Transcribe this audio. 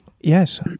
Yes